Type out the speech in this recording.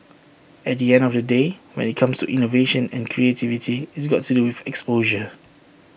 at the end of the day when IT comes to innovation and creativity it's got to do with exposure